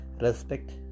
respect